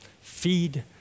feed